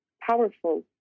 powerful